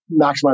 maximize